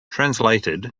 translated